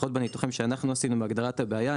לפחות בניתוחים שלנו עם הגדרת הבעיה,